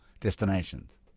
destinations